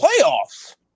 Playoffs